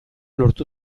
lortu